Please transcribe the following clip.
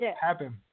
happen